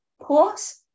pause